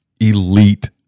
elite